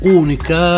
unica